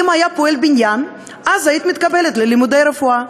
לו היה פועל בניין, היית מתקבלת ללימודי רפואה.